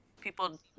People